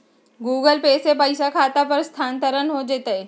Google Pay से पईसा खाता पर स्थानानंतर हो जतई?